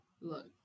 Look